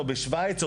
בשווייץ,